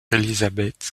elizabeth